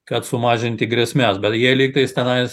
kad sumažinti grėsmes bet jie lygtais tenais